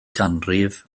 ganrif